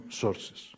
sources